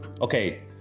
okay